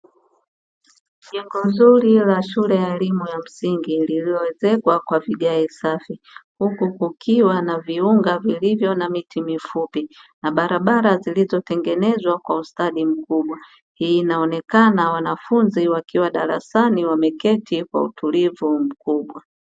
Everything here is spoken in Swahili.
Jengo zuri la shule ya elimu ya msingi lililoezekwa kwa vigae safi huku kukiwa na viunga vilivyo na miti mifupi na barabara zilizotengenezwa kwa ustadi mkubwa. Hii inaonekana wanafunzi wakiwa darasani wameketi kwa utulivu mkubwa.